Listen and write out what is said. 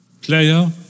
player